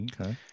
Okay